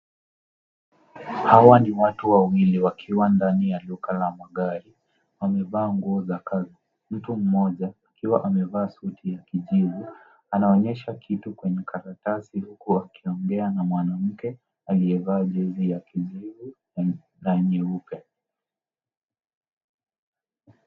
Hawa ni watu wawili wakiwa ndani la duka la magari. Wamevaa nguo za kazi. Mtu mmoja akiwa amevaa suti ya kijivu anaonyesha kitu kwenye karatasi huku akiongea na mwanamke aliyevaa jezi ya kijivu na nyeupe.